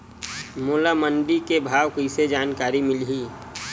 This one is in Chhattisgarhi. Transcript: मोला मंडी के भाव के जानकारी कइसे मिलही?